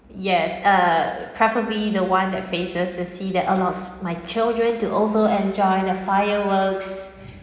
yes uh preferably the [one] that faces the sea that allows my children to also enjoy the fireworks